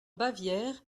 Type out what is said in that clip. bavière